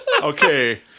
Okay